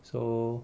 so